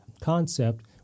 concept